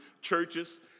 Churches